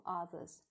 others